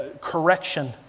correction